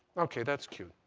ok, that's cute.